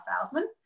salesman